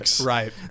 Right